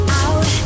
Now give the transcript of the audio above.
out